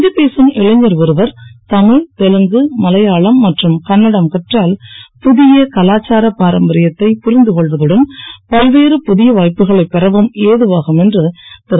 இந்தி பேசும் இளைஞர் ஒருவர் தமிழ் தெலுங்கு மலையாளம் மற்றும் கன்னடம் கற்றால் புதிய கலாச்சார பாரம்பரியத்தை புரிந்து கொள்வதுடன் பல்வேறு புதிய வாய்ப்புகளை பெறவும் ஏதுவாகும் என்று திரு